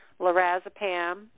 lorazepam